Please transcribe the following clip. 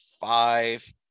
five